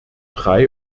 drei